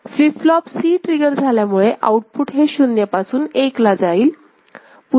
flip flop C trigger झाल्यामुळे output हे 0 पासून 1 ला जाईल